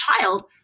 child